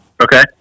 Okay